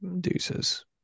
deuces